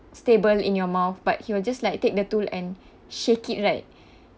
stable in your mouth but he will just like take the tool and shake it right